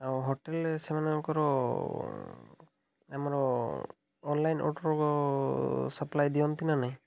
ଆଉ ହୋଟେଲ୍ରେ ସେମାନଙ୍କର ଆମର ଅନଲାଇନ୍ ଅର୍ଡ଼ର୍ ସାପ୍ଲାଏ ଦିଅନ୍ତି ନା ନାହିଁ